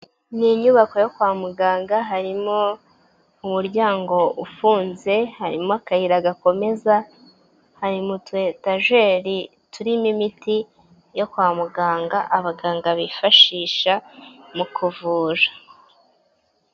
N'inyubako yo kwa muganga harimo umuryango ufunze harimo akayira gakomeza hari utu etajeri turimo imiti yo kwa muganga abaganga bifashisha mu kuvura.